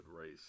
race